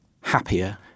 happier